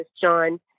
John